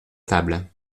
table